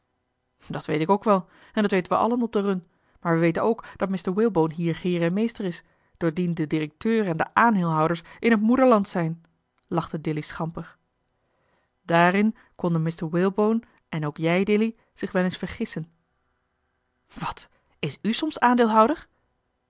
dat weet ik ook wel en dat weten wij allen op de run maar wij weten ook dat mr walebone hier heer en meester is doordien de directeur en de aandeelhouders in het moederland zijn lachte dilly schamper daarin konden mr walebone en ook jij dilly zich wel eens vergissen wat is u soms aandeelhouder